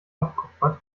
abkupfert